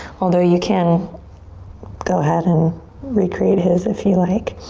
although you can go ahead and recreate his if you like.